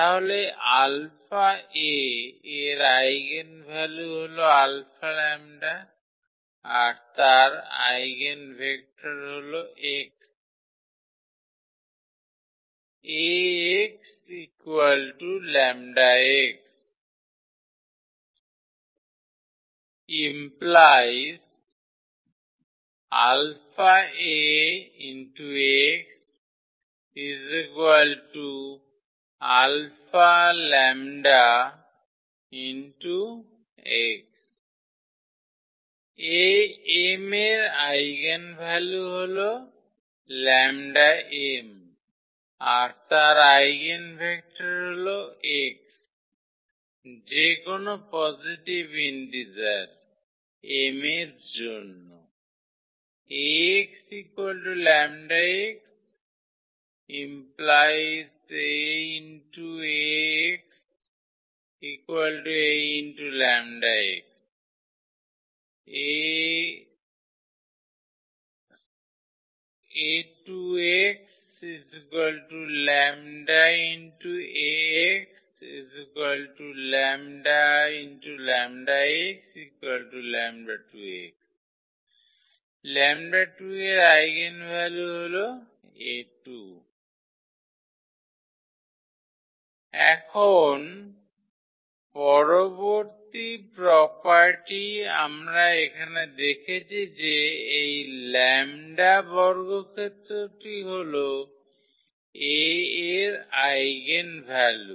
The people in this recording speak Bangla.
তাহলে αA এর আইগেনভ্যালু হল αλ আর তার আইগেনভেক্টর হল x Am এর আইগেনভ্যালু হল λm আর তার আইগেনভেক্টর হল x যেকোনো পজিটিভ ইন্টিজার m এর জন্য ⇒ λ2 এর আইগেনভ্যালু হল A2 এখন পরবর্তী প্রোপার্টি আমরা এখানে দেখেছি যে এই λ বর্গক্ষেত্রটি হল A এর আইগেনভ্যালু